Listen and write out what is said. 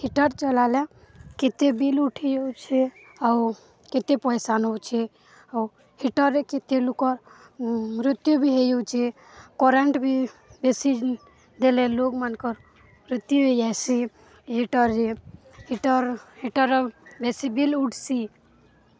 heater ଚଲାଇଲେ କେତେ bill ଉଠୁଛି ଆଉ କେତେ ପଇସା ନେଉଛି ଆଉ ହିଟରରେ କେତେ ଲୋକର ମୃତ୍ୟୁ ବି ହୋଇଯାଉଛି କରେଣ୍ଟ୍ ବି ବେଶୀ ଦେଲେ ଲୋକମାନଙ୍କର ମୃତ୍ୟୁ ହୋଇଯାଉଛି ହିଟରରେ ହିଟର ହିଟର ବେଶୀ ବିଲ୍ ଉଠୁଛି